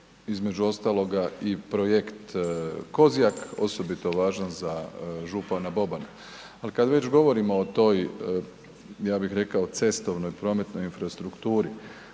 između ostaloga i projekt Kozjak, osobito važan za župana Bobana. Ali kada već govorimo o toj, ja bih rekao cestovnoj, prometnoj infrastrukturi,